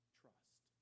trust